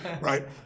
Right